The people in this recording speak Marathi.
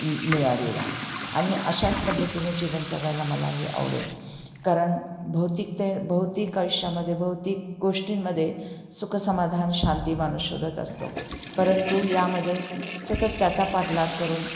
मिळालेला आहे आणि अशाच पद्धतीनं जीवन जगायला मलाही आवडेल कारण भौतिक ते भौतिक आयुष्यामदे भौतिक गोष्टींमध्ये सुखसमाधान शांती माणूस शोधत असतो परंतु यामध्ये सतत त्याचा पाठलाग करून